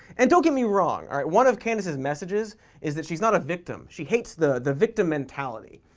and don't get me wrong, alright? one of candace's messages is that she's not a victim. she hates the. the victim mentality.